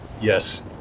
Yes